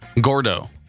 Gordo